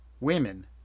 Women